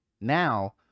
Now